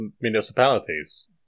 municipalities